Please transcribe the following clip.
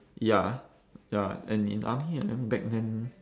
ya ya and in army and then back then